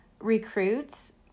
recruits